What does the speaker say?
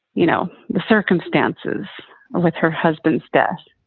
you know, the circumstances with her husband's death